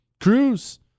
Cruz